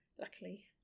luckily